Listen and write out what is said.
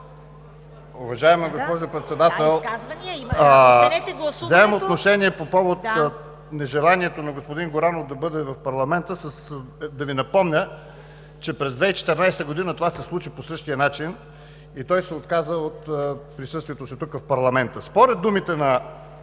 изказване. ТАСКО ЕРМЕНКОВ: Вземам отношение по повод нежеланието на господин Горанов да бъде в парламента. Ще Ви припомня, че през 2014 г. това се случи по същия начин и той се отказа от присъствието си тук, в парламента. Според думите на